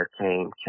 came